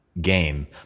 Game